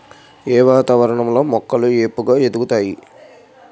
ఏ వాతావరణం లో మొక్కలు ఏపుగ ఎదుగుతాయి?